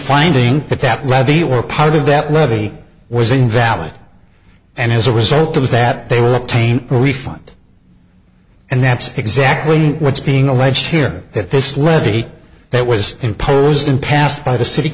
finding that that levy or part of that levy was invalid and as a result of that they will obtain a refund and that's exactly what's being alleged here that this ready that was imposed and passed by the city